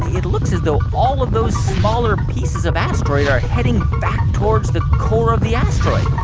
it looks as though all of those smaller pieces of asteroid are heading back towards the core of the asteroid